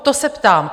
To se ptám.